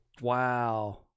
Wow